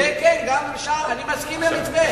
מתווה כן, אני מסכים למתווה.